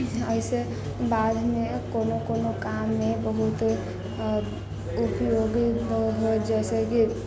एहिसे बाद मे कोनो कोनो काम मे बहुत उपयोगी होइत जैसेकि